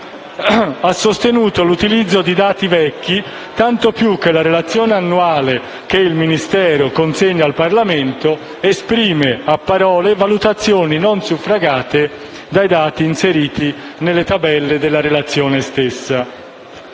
ha sostenuto l'utilizzo di dati vecchi, tanto più che la relazione annuale che il Ministero consegna al Parlamento esprime a parole valutazioni non suffragate dai dati inseriti nelle tabelle della relazione stessa.